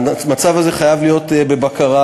המצב הזה חייב להיות בבקרה.